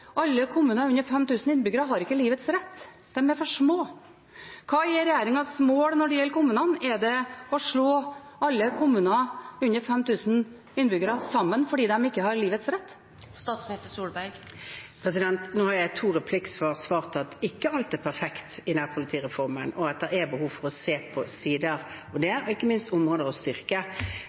alle kommuner med under 5 000 innbyggere har ikke livets rett. De er for små. Hva er regjeringens mål når det gjelder kommunene? Er det å slå alle kommuner med under 5 000 innbyggere sammen fordi de ikke har livets rett? Jeg har i to replikksvar svart at ikke alt er perfekt i nærpolitireformen, og at det er behov for å se på sider av den, og ikke minst er det områder